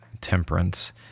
temperance